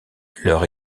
leur